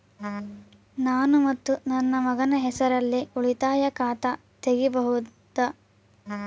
ನಾನು ಮತ್ತು ನನ್ನ ಮಗನ ಹೆಸರಲ್ಲೇ ಉಳಿತಾಯ ಖಾತ ತೆಗಿಬಹುದ?